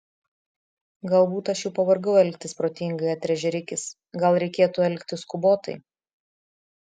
galbūt aš jau pavargau elgtis protingai atrėžė rikis gal reikėtų elgtis skubotai